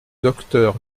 docteur